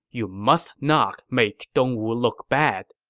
you must not make dongwu look bad.